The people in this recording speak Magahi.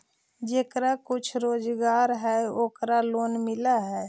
जेकरा कुछ रोजगार है ओकरे लोन मिल है?